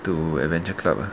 to adventure club ah